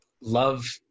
love